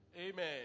Amen